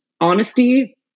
honesty